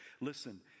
Listen